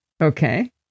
Okay